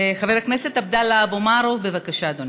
חבר הכנסת עבדאללה אבו מערוף, בבקשה, אדוני.